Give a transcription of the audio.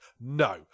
no